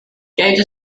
gage